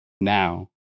now